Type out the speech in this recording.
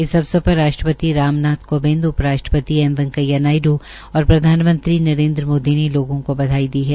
इस अवसर पर राष्ट्रपति राम नाथ कोविंद उप राष्ट्रपति एम वैकेंया नायडू और प्रधानमंत्री नरेन्द्र मोदी ने लोगों को बधाई दी है